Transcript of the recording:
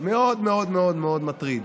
מאוד מאוד מאוד מטריד.